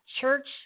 church